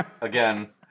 Again